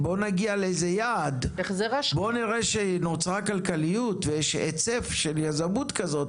בואו נגיע לאיזה יעד; בואו נראה שנוצרה כלכליות ויש היצף של יזמות כזו,